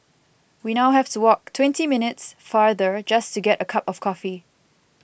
we now have to walk twenty minutes farther just to get a cup of coffee